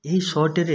ଏହି ଶୋଟିରେ